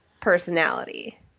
personality